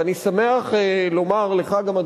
ואני שמח לומר לך גם,